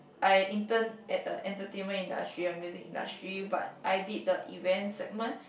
I intern at a entertainment industry music industry but I did the event segment